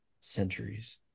centuries